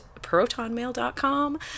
protonmail.com